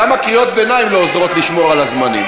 גם קריאות הביניים לא עוזרות לשמור על הזמנים,